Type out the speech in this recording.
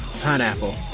pineapple